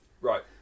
Right